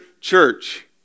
church